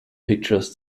pictures